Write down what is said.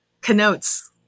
connotes